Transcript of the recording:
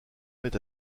met